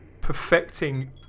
perfecting